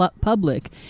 public